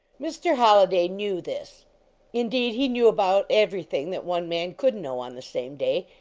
mr. holliday knew this indeed he knew about everything that one man could know on the same day,